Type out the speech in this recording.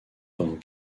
pendant